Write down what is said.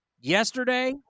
Yesterday